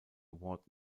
award